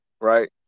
right